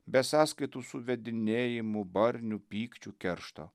be sąskaitų suvedinėjimų barnių pykčių keršto